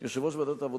יושב-ראש ועדת העבודה,